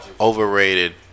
overrated